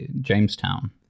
Jamestown